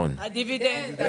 על דיבידנד.